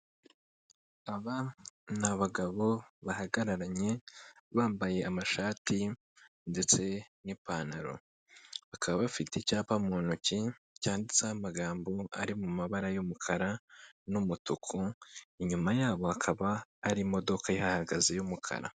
Aba ni abagabo bahagararanye bambaye amashati ndetse n'ipantaro, bakaba bafite icyapa mu ntoki cyanditseho amagambo ari mu mabara y'umukara n'umutuku, inyuma yabo hakaba hari imodoka ihahagaze y'umukara.